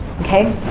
Okay